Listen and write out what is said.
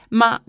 ma